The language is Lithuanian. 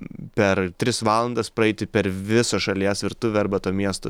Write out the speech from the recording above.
per tris valandas praeiti per visą šalies virtuvę arba to miesto